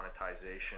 monetization